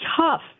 tough